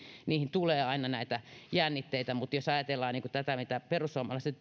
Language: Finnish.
niihin tulee aina näitä jännitteitä mutta jos ajatellaan tätä mitä perussuomalaiset